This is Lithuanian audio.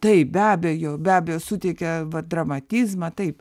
taip be abejo be abejo suteikia va dramatizmą taip